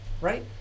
right